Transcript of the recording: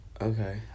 okay